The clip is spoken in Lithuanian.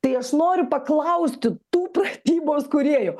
tai aš noriu paklausti tų pratybos kūrėjų